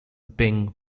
being